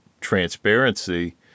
transparency